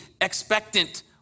expectant